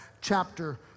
chapter